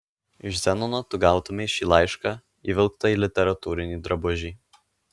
iš zenono tu gautumei šį laišką įvilktą į literatūrinį drabužį